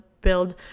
build